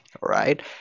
right